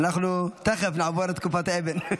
תכף נעבור את תקופת האבן.